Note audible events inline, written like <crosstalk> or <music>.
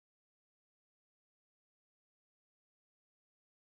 <unintelligible>